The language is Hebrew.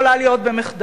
יכולה להיות במחדל.